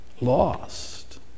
Lost